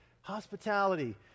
hospitality